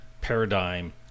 paradigm